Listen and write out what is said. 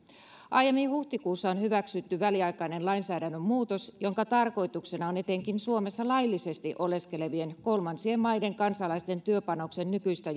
aiemmin huhtikuussa on hyväksytty väliaikainen lainsäädännön muutos jonka tarkoituksena on etenkin suomessa laillisesti oleskelevien kolmansien maiden kansalaisten työpanoksen nykyistä